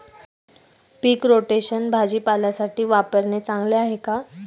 पीक rotation भाजीपाल्यासाठी वापरणे चांगले आहे का?